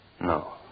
No